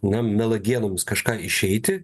na melagienomis kažką išeiti